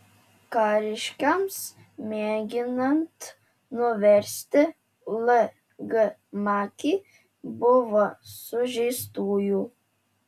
kariškiams mėginant nuversti l g makį buvo sužeistųjų